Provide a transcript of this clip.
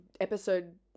episode